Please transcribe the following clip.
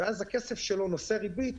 ואז הכסף שלו נושא ריבית,